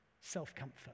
self-comfort